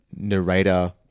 narrator